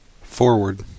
FORWARD